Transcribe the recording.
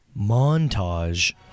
Montage